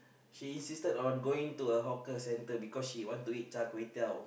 she insisted on going to a hawker center because she want to eat char-kway-teow